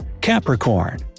Capricorn